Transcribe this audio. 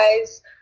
guys